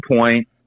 point